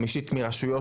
להט״ב.